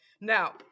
now